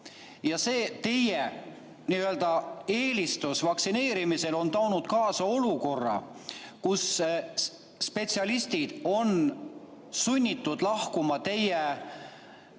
Ja see teie n-ö eelistus vaktsineerimisele on toonud kaasa olukorra, kus spetsialistid on sunnitud lahkuma teie